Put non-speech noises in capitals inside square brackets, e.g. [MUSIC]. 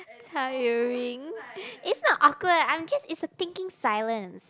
tiring [BREATH] it's not awkward I'm just it's a thinking silence